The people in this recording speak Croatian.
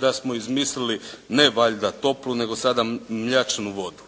da smo izmislili ne valjda toplu, nego sada mljačnu vodu.